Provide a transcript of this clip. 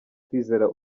kwizera